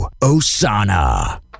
Osana